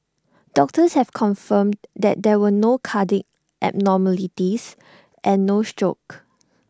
doctors have confirmed that there were no cardiac abnormalities and no stroke